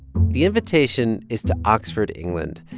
the invitation is to oxford, england,